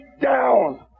down